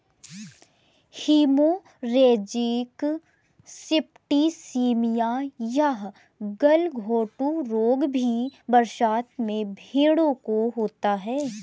haemorrhagic septicaemia या गलघोंटू रोग भी बरसात में भेंड़ों को होता है